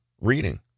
reading